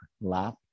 lap